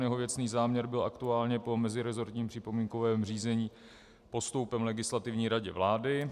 Jeho věcný záměr byl aktuálně po meziresortním připomínkovém řízení postoupen Legislativní radě vlády.